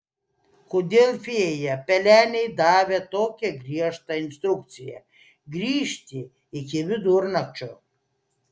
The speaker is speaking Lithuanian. kodėl fėja pelenei davė tokią griežtą instrukciją grįžti iki vidurnakčio